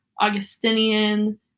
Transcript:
Augustinian